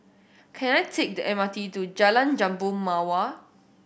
can I take the M R T to Jalan Jambu Mawar